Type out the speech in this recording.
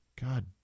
God